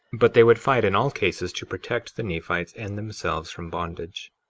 but they would fight in all cases to protect the nephites and themselves from bondage.